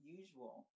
usual